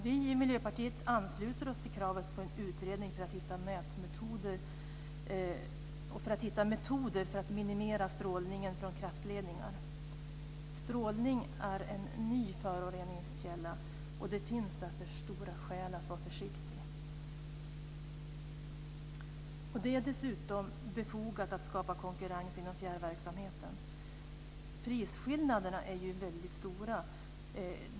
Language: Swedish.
Vi i Miljöpartiet ansluter oss till kravet på en utredning för att hitta metoder för att minimera strålningen från kraftledningar. Strålning är en ny föroreningskälla, och det finns därför starka skäl för att vara försiktig. Det är dessutom befogat att skapa konkurrens inom fjärrverksamheten. Prisskillnaderna är väldigt stora.